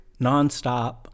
nonstop